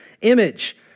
image